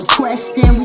question